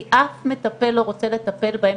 כי אף מטפל לא רוצה לטפל בהם,